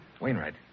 Wainwright